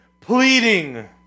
pleading